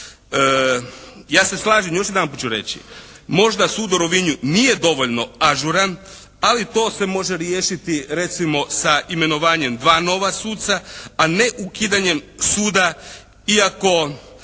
Ja se slažem, još jedanput ću reći, možda sud u Rovinju nije dovoljno ažuran ali to se može riješiti recimo sa imenovanjem dva nova suca, a ne ukidanjem suda iako